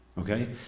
okay